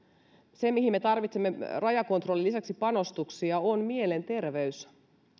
se mihin me tarvitsemme rajakontrollin lisäksi panostuksia on mielenterveys